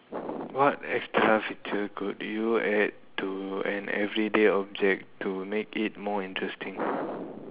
what extra feature could you add to an everyday object to make it more interesting